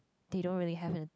they don't really have it